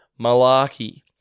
Malarkey